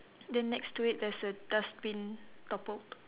then next to it there's a dustbin toppled